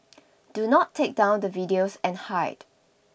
do not take down the videos and hide